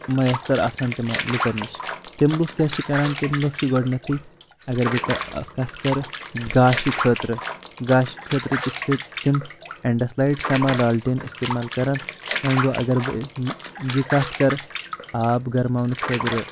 میسر آسان تِمن لُکَن نِش تِم لُکھ کیاہ چھِ کران تِم لُکھ چھِ گۄڈنیتھے اگر بہٕ کتھ کرٕ گاشہٕ خٲطرٕ گاشہِ خٲطرٕ تہِ چھِ تِم ایٚنٛڈس لایٹ شمہ لالٹیٖن استعمال کران وۄنۍ گو اگر بہٕ یہِ یہِ کتھ کرٕ آب گرماونہٕ خٲطرٕ